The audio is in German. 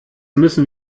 müssen